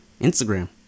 Instagram